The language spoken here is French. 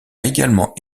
également